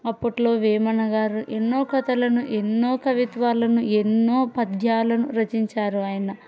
అప్పట్లో వేమనగారు ఎన్నో కథలను ఎన్నో కవిత్వాలను ఎన్నో పద్యాలను రచించారు ఆయన